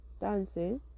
Dancing